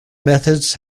methods